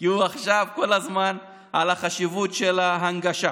כי הוא כל הזמן דיבר על חשיבות ההנגשה.